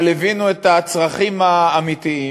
אבל הבינו את הצרכים האמיתיים,